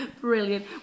Brilliant